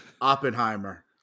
Oppenheimer